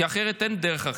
כי אחרת אין דרך,